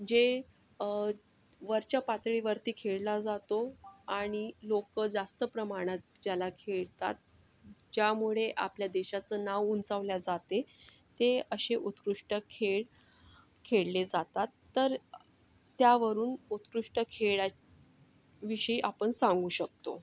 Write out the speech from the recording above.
जे वरच्या पातळीवरती खेळला जातो आणि लोक जास्त प्रमाणात ज्याला खेळतात ज्यामुळे आपल्या देशाचं नाव उंचावले जाते ते असे उत्कृष्ट खेळ खेळले जातात तर त्यावरून उत्कृष्ट खेळाविषयी आपण सांगू शकतो